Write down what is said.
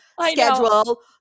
schedule